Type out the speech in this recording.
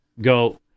go